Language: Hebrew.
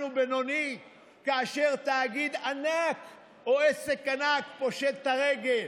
ובינוני כאשר תאגיד ענק או עסק ענק פושט את הרגל?